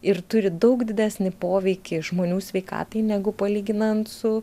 ir turi daug didesnį poveikį žmonių sveikatai negu palyginant su